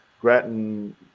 Grattan